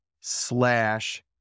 slash